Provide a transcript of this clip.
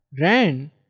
ran